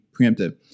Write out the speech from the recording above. preemptive